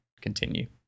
continue